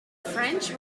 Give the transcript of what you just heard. french